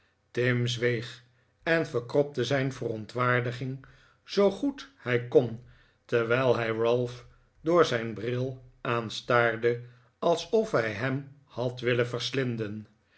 tim zweeg en verkropte zijn verontwaardiging zoo goed hij kon terwijl hij ralph door zijn bril aanstaarde alsof hij hem had willen verslinden